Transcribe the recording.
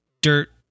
dirt